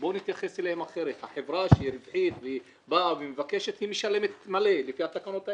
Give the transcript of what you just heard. בשביל שהם ילכו לארכיון להוציא מהתיק שלו?